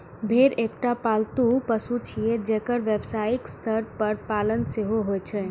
भेड़ एकटा पालतू पशु छियै, जेकर व्यावसायिक स्तर पर पालन सेहो होइ छै